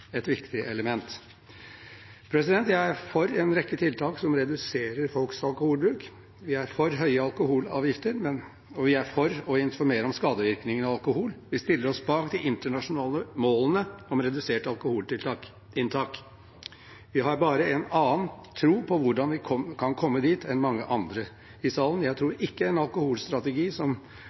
element. Vi er for en rekke tiltak som reduserer folks alkoholbruk. Vi er for høye alkoholavgifter, og vi er for å informere om skadevirkningene av alkohol. Vi stiller oss bak de internasjonale målene om redusert alkoholinntak. Vi har bare en annen tro på hvordan vi kan komme dit enn mange andre her i salen. Jeg tror ikke en alkoholstrategi som